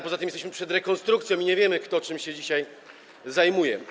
Poza tym jesteśmy przed rekonstrukcją i nie wiemy, kto czym się dzisiaj zajmuje.